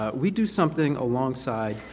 ah we do something alongside,